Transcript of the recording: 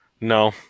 No